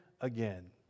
again